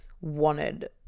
wanted